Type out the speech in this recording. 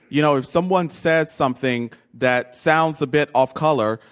you know if someone said something that sounds a bit off color,